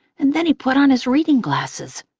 and then he put on his reading glasses.